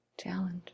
challenge